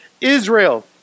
Israel